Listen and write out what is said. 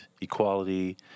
equality